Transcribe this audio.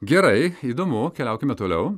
gerai įdomu keliaukime toliau